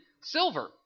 silver